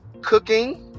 cooking